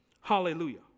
Hallelujah